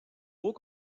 gros